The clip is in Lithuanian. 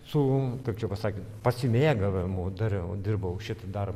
su kaip čia pasakius pasimėgavimu dariau dirbau šitą darbą